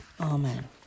Amen